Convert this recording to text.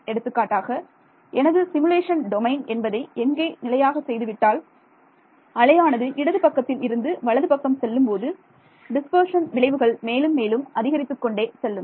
எடுத்துக்காட்டாக எனது simulation domain என்பதை எங்கே நிலையாக செய்துவிட்டால் அலையானது இடது பக்கத்தில் இருந்து வலது பக்கம் செல்லும்போது டிஸ்பர்ஷன் விளைவுகள் மேலும் மேலும் அதிகரித்துக் கொண்டே செல்லும்